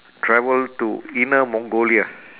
travel to inner mongolia